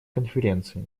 конференции